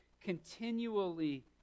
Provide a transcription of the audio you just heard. continually